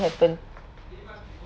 happen